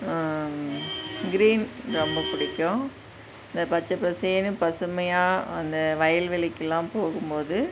green ரொம்ப பிடிக்கும் இந்த பச்சை பசேல்னு பசுமையாக அந்த வயல்வெளிக்கலாம் போகும்போது